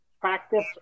Practice